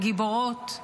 הגיבורות,